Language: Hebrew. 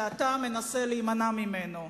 ואתה מנסה להימנע ממנו.